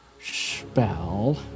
spell